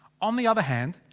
on the other hand.